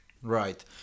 right